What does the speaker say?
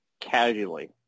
casually